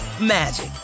magic